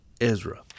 Ezra